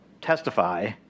testify